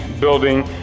building